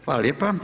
Hvala lijepa.